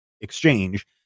exchange